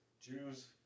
Jews